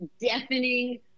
deafening